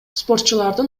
спортчулардын